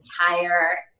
entire